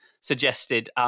suggested